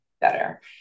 better